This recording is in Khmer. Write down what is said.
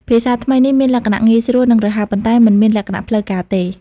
ភាសាថ្មីនេះមានលក្ខណៈងាយស្រួលនិងរហ័ស ប៉ុន្តែមិនមានលក្ខណៈផ្លូវការទេ។